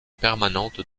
permanente